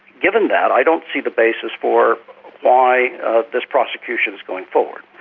given that, i don't see the basis for why ah this prosecution is going forward.